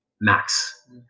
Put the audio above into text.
Max